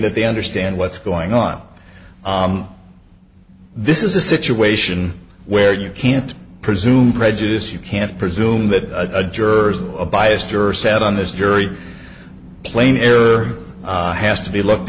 that they understand what's going on this is a situation where you can't presume prejudice you can't presume that a jerk a biased or sat on this jury plain error has to be looked